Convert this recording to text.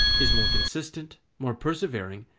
is more consistent, more persevering,